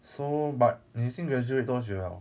so but 你已经 graduate 多久 liao